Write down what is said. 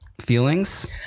feelings